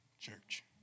church